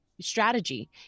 strategy